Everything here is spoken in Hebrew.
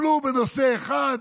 טיפלו בנושא אחד,